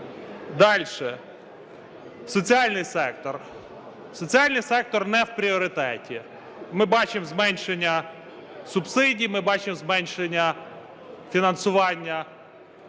Далі. Соціальний сектор. Соціальний сектор не в пріоритеті. Ми бачимо зменшення субсидій, ми бачимо зменшення фінансування